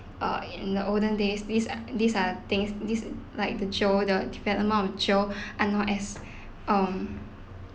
uh in the olden days these are these are things these like the jail the development of jail are not as um